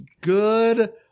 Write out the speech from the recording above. Good